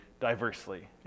diversely